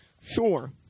Sure